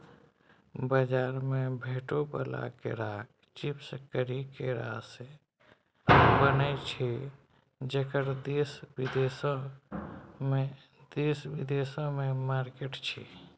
बजार मे भेटै बला केराक चिप्स करी केरासँ बनय छै जकर देश बिदेशमे मार्केट छै